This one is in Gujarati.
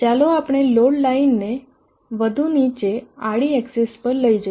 ચાલો આપણે લોડ લાઇનને વધુ નીચે આડી એક્સીસ તરફ લઇ જઈએ